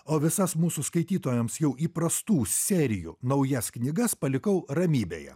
o visas mūsų skaitytojams jau įprastų serijų naujas knygas palikau ramybėje